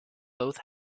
both